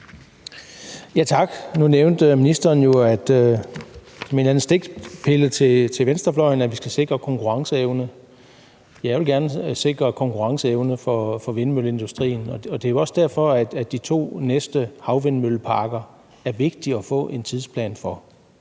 konkurrenceevne. Jeg vil gerne sikre konkurrenceevne for vindmølleindustrien, og det er jo også derfor, at de to næste havvindmølleparker er vigtige at få en tidsplan for,